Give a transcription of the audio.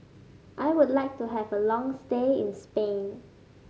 I would like to have a long stay in Spain